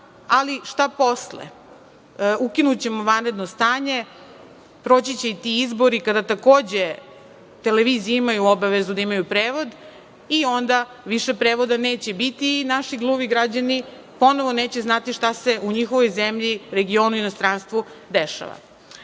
šta posle? Ukinućemo vanredno stanje, proći će i ti izbori, kada takođe televizije imaju obavezu da imaju prevod i onda više prevoda neće biti i naši gluvi građani ponovo neće znati šta se u njihovoj zemlji, regionu, inostranstvu, dešava. Zatim